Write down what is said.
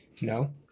no